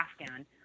Afghan